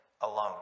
alone